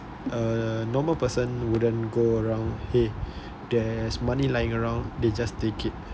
uh normal person wouldn't go around uh there's money lying around they just take it